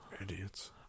idiots